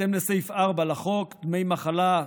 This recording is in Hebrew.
בהתאם לסעיף 4 לחוק דמי מחלה,